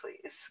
please